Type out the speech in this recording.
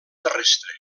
terrestre